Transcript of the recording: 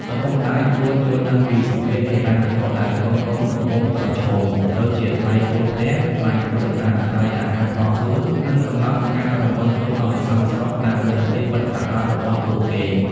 ឪពុកម្ដាយគួរយល់ដឹងពីសម្ពាធហិរញ្ញវត្ថុដែលកូនៗកំពុងប្រឈម ដូចជាថ្លៃជួលផ្ទះ ថ្លៃធ្វើដំណើរ ថ្លៃអាហារផ្ទាល់ខ្លួន និងកំណត់ការរំពឹងទុកឱ្យសមស្របតាមលទ្ធភាពពិតប្រាកដរបស់ពួកគេ។